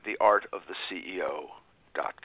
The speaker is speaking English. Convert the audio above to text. theartoftheceo.com